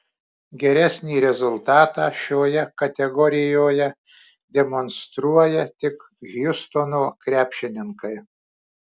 geresnį rezultatą šioje kategorijoje demonstruoja tik hjustono krepšininkai